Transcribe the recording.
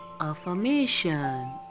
affirmation